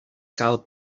cal